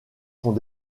sont